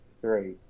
three